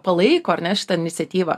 palaiko ar ne šitą iniciatyvą